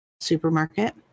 supermarket